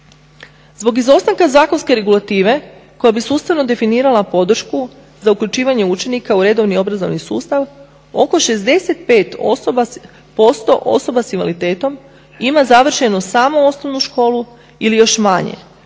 Zbog izostanka zakonske regulative koja bi sustavno definirala podršku za uključivanje učenika u redovni obrazovni sustav oko 65% osoba s invaliditetom ima završenu samo osnovu školu ili još manje